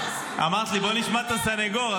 אמרת לי, בוא נשמע את הסניגור.